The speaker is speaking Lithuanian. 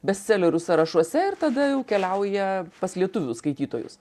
bestselerių sąrašuose ir tada jau keliauja pas lietuvių skaitytojus